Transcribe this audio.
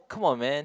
come on man